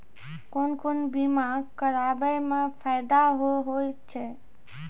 कोन कोन बीमा कराबै मे फायदा होय होय छै?